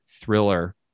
thriller